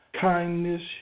kindness